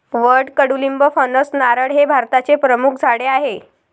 वड, कडुलिंब, फणस, नारळ हे भारताचे प्रमुख झाडे आहे